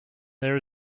there